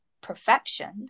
perfection